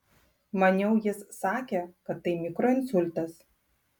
maniau jis sakė kad tai mikroinsultas